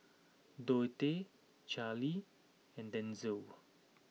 Dontae Charlie and Denzell